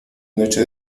noche